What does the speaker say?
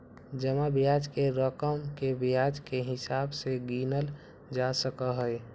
जमा ब्याज के रकम के ब्याज के हिसाब से गिनल जा सका हई